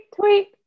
tweet